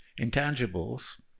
intangibles